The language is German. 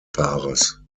paares